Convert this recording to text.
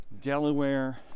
Delaware